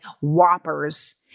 Whoppers